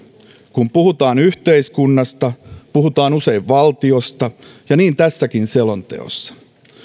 kun puhutaan yhteiskunnasta puhutaan usein valtiosta ja niin tässäkin selonteossa